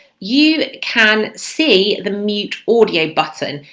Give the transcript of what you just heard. you can see the mute audio button.